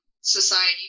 society